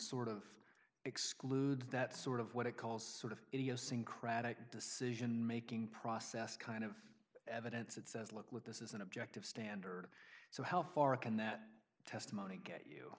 sort of excludes that sort of what it calls sort of idiosyncratic decision making process kind of evidence that says look with this is an objective standard so how far can that testimony get you